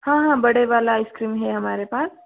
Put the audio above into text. हाँ हाँ बड़ा वाला आइस क्रीम है हमारे पास